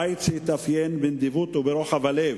בית שהתאפיין בנדיבות וברוחב לב,